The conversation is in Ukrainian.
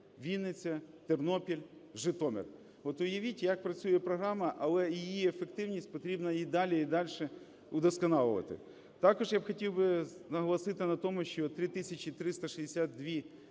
Вінниця, Тернопіль, Житомир. От уявіть, як працює програма, але її ефективність потрібно і далі, і дальше вдосконалювати. Також я хотів би наголосити на тому, що 3 тисячі